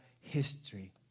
history